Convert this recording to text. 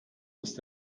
ist